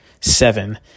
seven